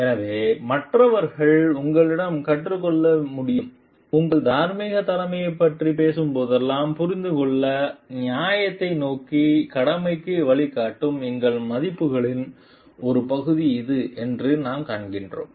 எனவே மற்றவர்கள் உங்களிடமிருந்து கற்றுக்கொள்ள முடியும் நீங்கள் தார்மீகத் தலைமையைப் பற்றி பேசும்போதெல்லாம் புரிந்துகொள்ள நியாயத்தை நோக்கிய கடமைக்கு வழிகாட்டும் எங்கள் மதிப்புகளின் ஒரு பகுதி இது என்று நாம் காண்கிறோம்